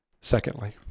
Secondly